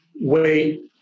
wait